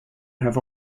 have